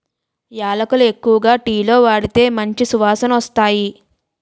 యాలకులు ఎక్కువగా టీలో వాడితే మంచి సువాసనొస్తాయి